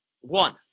One